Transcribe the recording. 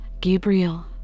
Gabriel